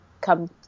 come